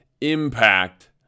impact